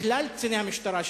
לכלל קציני המשטרה,